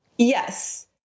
Yes